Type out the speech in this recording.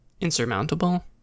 insurmountable